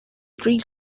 three